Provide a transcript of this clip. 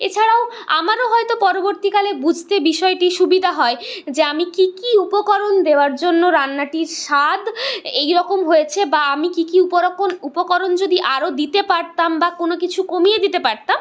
এছাড়াও আমারও হয়তো পরবর্তীকালে বুঝতে বিষয়টি সুবিধা হয় যে আমি কী কী উপকরণ দেওয়ার জন্য রান্নাটির স্বাদ এই রকম হয়েছে বা আমি কী কী উপকরণ উপকরণ যদি আরো দিতে পারতাম বা কোনো কিছু কমিয়ে দিতে পারতাম